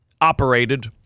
operated